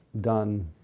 done